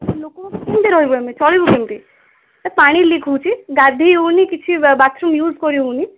ଲୋକ ବାକ କେମିତି ରହିବୁ ଚଲିବୁ କେମିତି ଏ ପାଣି ଲିକ୍ ହେଉଛି ଗାଧୋଇ ହୁଏନି କିଛି ବାଥରୁମ୍ ୟୁଜ୍ କରିହେଉନି